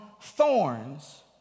thorns